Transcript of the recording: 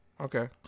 Okay